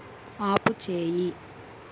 ఆపుచేయి